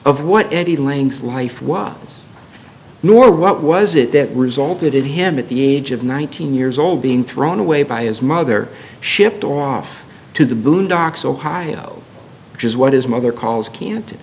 of what any length of life was nor what was it that resulted in him at the age of nineteen years old being thrown away by his mother shipped off to the boondocks ohio which is what his mother calls can